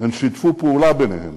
הן שיתפו פעולה ביניהן.